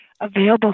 available